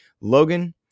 Logan